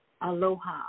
aloha